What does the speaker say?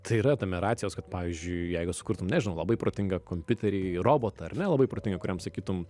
tai yra tame racijos kad pavyzdžiui jeigu sukurtum nežinau labai protingą kompiuterį robotą ar ne labai protingą kuriam sakytum